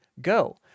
go